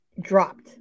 dropped